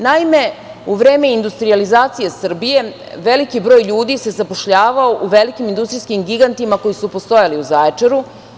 Naime, u vreme industrijalizacije Srbije veliki broj ljudi se zapošljavao u velikim industrijskim gigantima koji su postojali u Zaječaru.